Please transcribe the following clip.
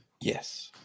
Yes